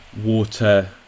water